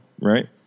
right